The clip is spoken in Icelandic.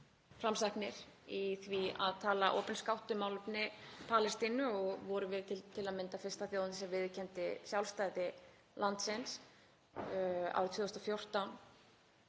framsæknir í því að tala opinskátt um málefni Palestínu og vorum við til að mynda fyrsta þjóðin sem viðurkenndi sjálfstæði landsins árið 2014.